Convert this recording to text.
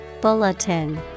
Bulletin